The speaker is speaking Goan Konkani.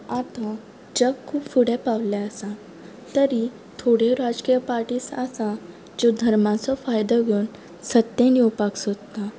आथ जग खूब फुडें पावल्लें आसा तरी थोडे राजकीय पाटीज आसा ज्यो धर्माचो फायदो घेवन सत्तेन येवपाक सोत्ता